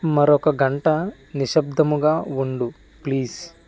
మరొక గంట నిశబ్దముగా ఉండు ప్లీస్